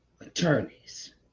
attorneys